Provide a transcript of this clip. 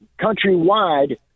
countrywide